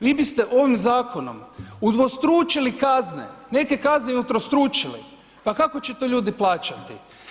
Vi biste ovim zakonom udvostručili kazne, neke kazne i utrostručili pa kako će to ljudi plaćati?